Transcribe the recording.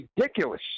ridiculous